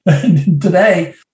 Today